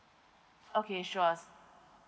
okay sure